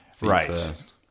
Right